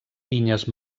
pinyes